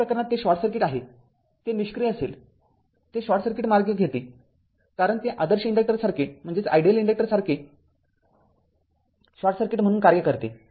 तर त्या प्रकरणात ते शॉर्ट सर्किट आहे ते निष्क्रिय असेल ते शॉर्ट सर्किट मार्ग घेते कारण ते आदर्श इन्डक्टरसारखे शॉर्ट सर्किट म्हणून कार्य करते